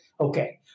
Okay